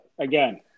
again